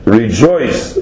rejoice